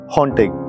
Haunting